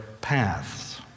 paths